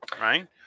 right